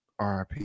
RIP